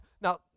Now